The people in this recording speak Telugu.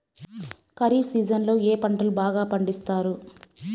ఖరీఫ్ సీజన్లలో ఏ పంటలు బాగా పండిస్తారు